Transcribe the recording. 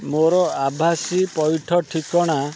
ମୋର ଆଭାସୀ ପଇଠ ଠିକଣା